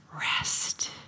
Rest